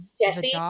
jesse